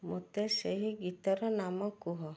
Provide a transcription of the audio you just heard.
ମୋତେ ସେହି ଗୀତର ନାମ କୁହ